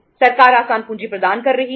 सरकार आसान पूंजी प्रदान कर रही थी